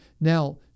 Now